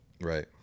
Right